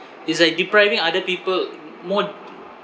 it's like depriving other people more